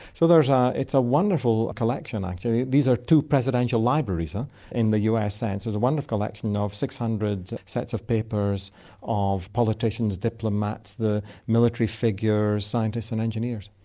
so ah it's a wonderful collection actually. these are two presidential libraries ah in the us sense. there's a wonderful collection ah of six hundred sets of papers of politicians, diplomats, the military figures, scientists and engineers.